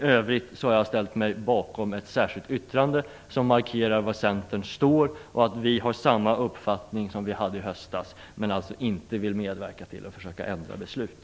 I övrigt har jag ställt mig bakom ett särskilt yttrande som markerar var Centern står och att vi har samma uppfattning som vi hade i höstas, men vi vill inte medverka till att försöka ändra beslutet.